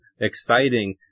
exciting